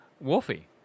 Wolfie